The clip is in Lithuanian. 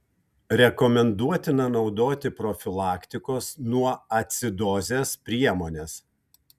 rekomenduotina naudoti profilaktikos nuo acidozės priemones